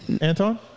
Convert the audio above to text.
Anton